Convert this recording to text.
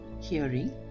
hearing